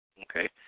Okay